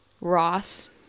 Ross